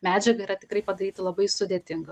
medžiaga yra tikrai padaryti labai sudėtinga